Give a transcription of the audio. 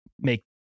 make